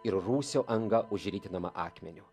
ir rūsio anga užritinama akmeniu